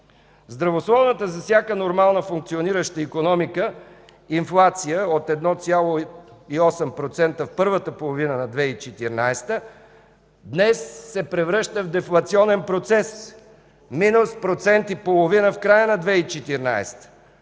Здравословната за всяка нормално функционираща икономика инфлация – плюс 1,8% в първата половина на 2014 г., днес се превръща в дефлационен процес – минус 1,5 % в края на 2014